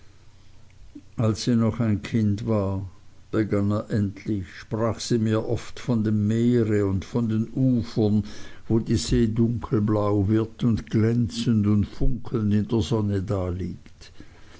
als sie noch ein kind war begann er endlich sprach sie mir oft von dem meere und von den ufern wo die see dunkelblau wird und glänzend und funkelnd in der sonne daliegt